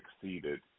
succeeded